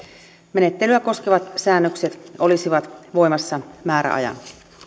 menettelyä koskevat säännökset olisivat voimassa määräajan